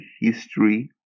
history